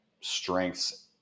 strengths